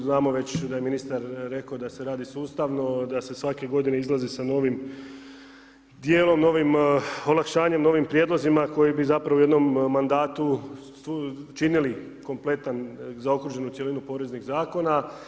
Znamo već da je ministar reko da se radi sustavno da se svake godine izlazi sa novim dijelom, novim olakšanjem, novim prijedlozima koji bi zapravo u jednom mandatu činili kompletan zaokruženu cjelinu poreznih zakona.